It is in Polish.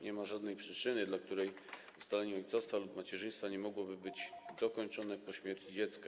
Nie ma żadnej przyczyny, dla której ustalenie ojcostwa lub macierzyństwa nie mogłoby być dokończone po śmierci dziecka.